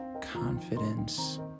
confidence